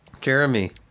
Jeremy